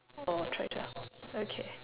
or tried to okay